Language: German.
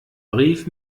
brief